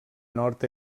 nord